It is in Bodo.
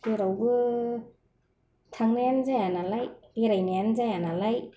जेरावबो थांनायानो जाया नालाय बेरायनायानो जाया नालाय